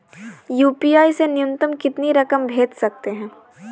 UPI से न्यूनतम कितनी रकम भेज सकते हैं?